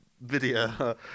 video